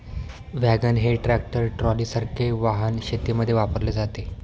wagon हे tractor ट्रॉलीसारखे वाहन शेतीमध्ये वापरले जाते